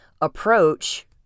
approach